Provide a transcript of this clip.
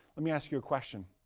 let me ask you a question.